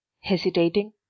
Hesitating